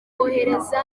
kohereza